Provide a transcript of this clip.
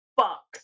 fuck